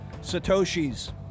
Satoshis